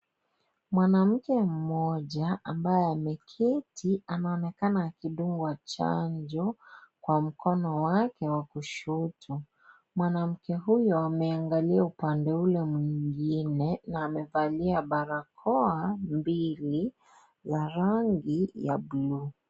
Mwanamke mmoja ambaye ameketi anaonekana akidungwa chanjo kwa mkono wake wa kushoto. Mwanamke huyo ameangalia upande ule mwingine na amevalia barakoa mbili la rangi ya bluu.